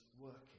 working